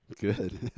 Good